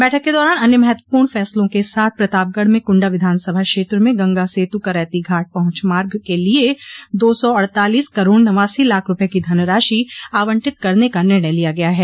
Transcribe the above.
बैठक के दौरान अन्य महत्वपूर्ण फैसलों के साथ प्रतापगढ़ में कुंडा विधानसभा क्षेत्र में गंगा सेतु करैती घाट पहुंच मार्ग के लिए दो सौ अड़तालीस करोड़ नवासी लाख रूपये की धनराशि आवंटित करने का निर्णय लिया गया है